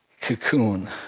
cocoon